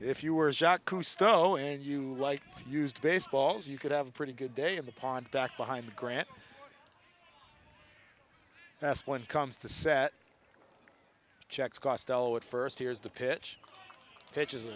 if you were shot cousteau and you lights used baseballs you could have a pretty good day in the pond back behind the grant that's when it comes to set checks costello at first hears the pitch pitches